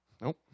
Nope